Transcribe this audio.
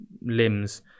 limbs